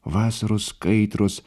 vasaros kaitros